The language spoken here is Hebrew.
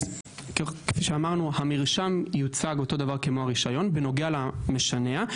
כפי שאמרנו המרשם יוצג אותו דבר כמו הרישיון בנוגע למשנע.